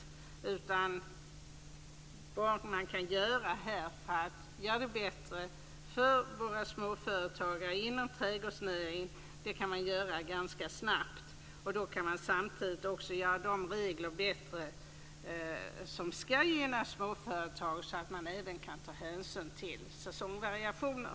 Det man kan göra för att göra det bättre för våra småföretagare inom trädgårdsnäring kan man göra ganska snabbt. Och då kan man samtidigt också göra de regler bättre som skall gynna småföretag så att man även kan ta hänsyn till säsongsvariationer.